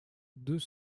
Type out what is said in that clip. deux